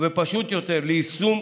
ופשוט יותר ליישום,